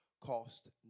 cost